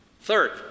Third